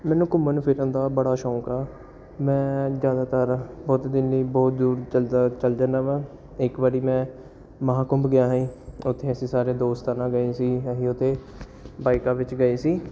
ਮੈਨੂੰ ਘੁੰਮਣ ਫਿਰਨ ਦਾ ਬੜਾ ਸ਼ੌਕ ਆ ਮੈਂ ਜ਼ਿਆਦਾਤਰ ਬਹੁਤ ਦਿਨ ਬਹੁਤ ਦੂਰ ਚਲ ਜਾ ਚਲ ਜਾਂਦਾ ਵਾ ਇੱਕ ਵਾਰੀ ਮੈਂ ਮਹਾਂਕੁੰਭ ਗਿਆ ਸੀ ਓਥੇ ਅਸੀਂ ਸਾਰੇ ਦੋਸਤਾਂ ਨਾਲ ਗਏ ਸੀ ਅਸੀਂ ਓਥੇ ਬਾਈਕਾਂ ਵਿੱਚ ਗਏ ਸੀ